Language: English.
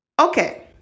Okay